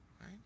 Right